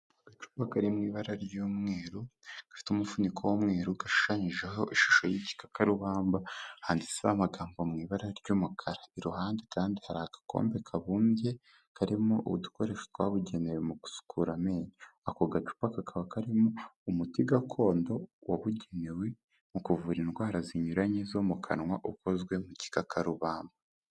Agacupa kari mu ibara ry'umweru rifite umufuniko w'umweru, gashushanyijeho ishusho y'igikakarubamba, handitseho amagambo mu ibara ry'umukara. Iruhande kandi hari agakombe kabumbye karimo udukoresho twabugenewe mu gusukura amenyo. Ako gacupa kakaba karimo umuti gakondo wabugenewe mu kuvura indwara zinyuranye zo mu kanwa, ukozwe mu gikakarubamba.